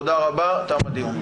תודה רבה, תם הדיון.